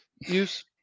Use